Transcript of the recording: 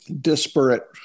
disparate